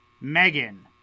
Megan